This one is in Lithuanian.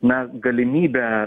na galimybė